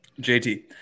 JT